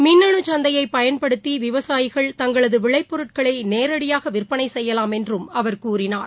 மின்னனு சந்தையை பயன்படுத்தி விவசாயிகள் தங்களது விளைப்பொருட்களை நேரடியாக விற்பனை செய்யலாம் என்றும் அவர் கூறினார்